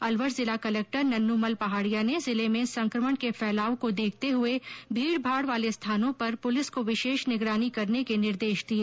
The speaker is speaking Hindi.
अलवर जिला कलक्टर नन्नूमल पहाड़िया ने जिले में संकमण के फैलाव को देखते हये भीड़ भाड़ वाले स्थानों पर पूलिस को विशेष निगरानी करने के निर्देश दिए